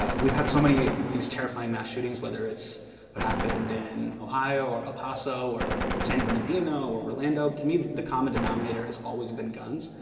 ah we've had so many of these terrifying mass shootings. whether it's what happened in ohio, or el paso, or san bernadino or orlando. to me the common denominator has always been guns.